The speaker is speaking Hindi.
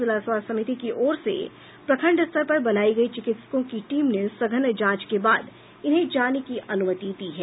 जिला स्वास्थ्य समिति की ओर से प्रखंड स्तर पर बनायी गयी चिकित्सकों की टीम ने सघन जांच के बाद इन्हें जाने की अनुमति दी है